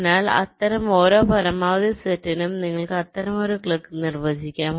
അതിനാൽ അത്തരം ഓരോ പരമാവധി സെറ്റിനും നിങ്ങൾക്ക് അത്തരമൊരു ക്ലിക് നിർവ്വചിക്കാം